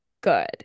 good